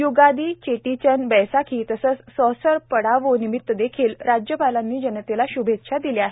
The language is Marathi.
य्गादी चेती चाँद बैसाखी तसंच सौसर पाडवो निमित्त देखील राज्यपालांनी जनतेला श्भेच्छा दिल्या आहेत